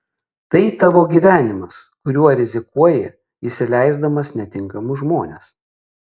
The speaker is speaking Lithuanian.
tai tavo gyvenimas kuriuo rizikuoji įsileisdamas netinkamus žmones